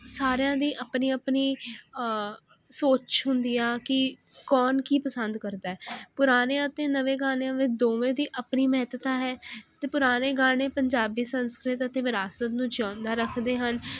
ਸਾਰਿਆਂ ਦੀ ਆਪਨੀ ਆਪਨੀ ਸੋਚ ਹੁੰਦੀ ਆ ਕੀ ਕੌਨ ਕੀ ਪਸੰਦ ਕਰਦਾ ਐ ਪੁਰਾਨੇ ਅਤੇ ਨਵੇਂ ਗਾਣਿਆਂ ਵਿੱਚ ਦੋਵੇਂ ਦੀ ਆਪਨੀ ਮਹੱਤਤਾ ਹੈ ਤੇ ਪੁਰਾਨੇ ਗਾਨੇ ਪੰਜਾਬੀ ਸੰਸਕ੍ਰਿਤ ਅਤੇ ਵਿਰਾਸਤ ਨੂੰ ਜਿਉਂਦਾ ਰੱਖਦੇ ਹਨ